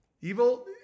Evil